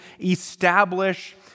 establish